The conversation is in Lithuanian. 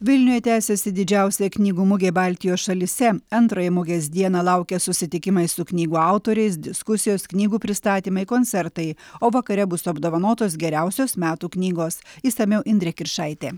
vilniuje tęsiasi didžiausia knygų mugė baltijos šalyse antrąją mugės dieną laukia susitikimai su knygų autoriais diskusijos knygų pristatymai koncertai o vakare bus apdovanotos geriausios metų knygos išsamiau indrė kiršaitė